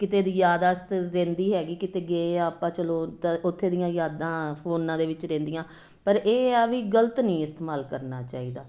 ਕਿਤੇ ਦੀ ਯਾਦਾਸ਼ਤ ਰਹਿੰਦੀ ਹੈਗੀ ਕਿਤੇ ਗਏ ਆ ਆਪਾਂ ਚਲੋ ਉਦਾਂ ਉੱਥੇ ਦੀਆਂ ਯਾਦਾਂ ਫੋਨਾਂ ਦੇ ਵਿੱਚ ਰਹਿੰਦੀਆਂ ਪਰ ਇਹ ਆ ਵੀ ਗਲਤ ਨਹੀਂ ਇਸਤੇਮਾਲ ਕਰਨਾ ਚਾਹੀਦਾ